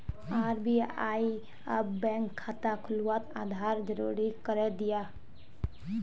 RBI अब bank खाता खुलवात आधार ज़रूरी करे दियाः